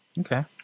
Okay